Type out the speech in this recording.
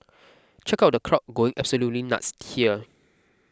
check out the crowd going absolutely nuts here